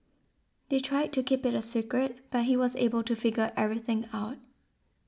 they tried to keep it a secret but he was able to figure everything out